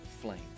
flame